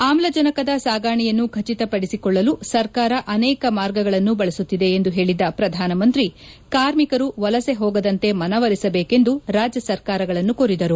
ಆಮ್ಲಜನಕದ ಸಾಗಣೆಯನ್ನು ಖಟಿತಪಡಿಸಿಕೊಳ್ಳಲು ಸರ್ಕಾರ ಆನೇಕ ಮಾರ್ಗಗಳನ್ನು ಬಳಸುತ್ತಿದೆ ಎಂದು ಹೇಳಿದ ಪ್ರಧಾನಮಂತ್ರಿ ಕಾರ್ಮಿಕರು ವಲಸೆ ಹೋಗದಂತೆ ಮನವೊಲಿಸಬೇಕು ಎಂದು ರಾಜ್ಯ ಸರ್ಕಾರಗಳನ್ನು ಕೋರಿದರು